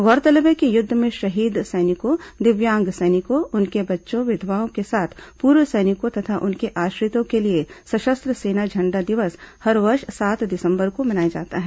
गौरतलब है कि युद्ध में शहीद सैनिकों दिव्यांग सैनिकों उनके बच्चों विधवाओं के साथ पूर्व सैनिकों तथा उनके आश्रितों के लिए सशस्त्र सेना झण्डा दिवस हर वर्ष सात दिसंबर को मनाया जाता है